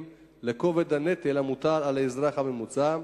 לכובד הנטל המוטל על האזרח הממוצע,